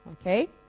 Okay